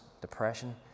depression